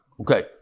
Okay